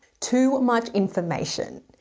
too much information.